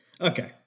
Okay